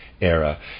era